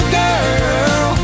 girl